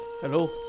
hello